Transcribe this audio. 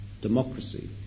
democracy